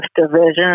division